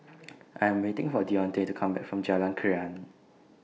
I Am waiting For Deontae to Come Back from Jalan Krian